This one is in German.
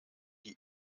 die